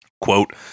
Quote